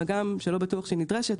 מה גם שלא בטוח שהיא נדרשת,